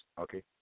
Okay